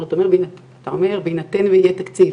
אתה אומר בהינתן שיהיה תקציב,